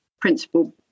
principal